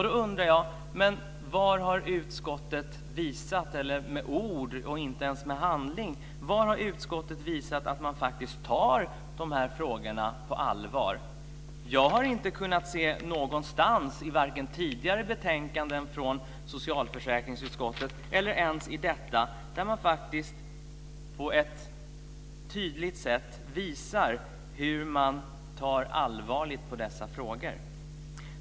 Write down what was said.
Då undrar jag: Var har utskottet visat, om inte i handling så åtminstone i ord, att man faktiskt tar de här frågorna på allvar? Jag har inte kunnat se någonstans, varken i tidigare betänkanden från socialförsäkringsutskottet eller i detta, att man på ett tydligt sätt visar hur man tar allvarligt på dessa frågor.